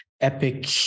epic